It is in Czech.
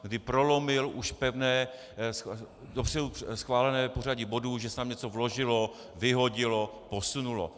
Kdy prolomil už pevné, dopředu schválené pořadí bodů, že se tam něco vložilo, vyhodilo, posunulo.